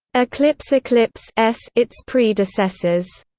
eclipse eclipse s its predecessors.